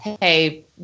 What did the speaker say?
Hey